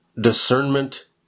discernment